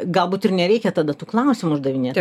galbūt ir nereikia tada tų klausimų uždavinėt